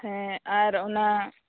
ᱦᱮᱸ ᱟᱨ ᱚᱱᱟ